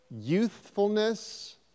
youthfulness